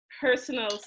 personal